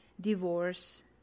divorce